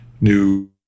new